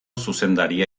zuzendaria